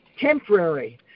temporary